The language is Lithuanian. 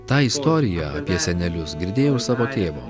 tą istoriją apie senelius girdėjau iš savo tėvo